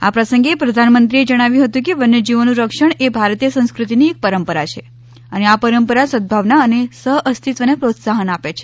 આ પ્રસંગે પ્રધાનમંત્રીએ જણાવ્યું હતું કે વન્યજીવોનું રક્ષણ એ ભારતીય સંસ્કૃતિની એક પરંપરા છે અને આ પરંપરા સદભાવના અને સહઅસ્તીત્વને પ્રોત્સાહન આપે છે